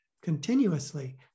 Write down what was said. continuously